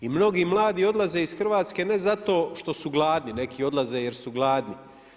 I mnogi mladi odlaze iz Hrvatske ne zato što su gladni, neki odlaze jer su gladni.